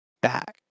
back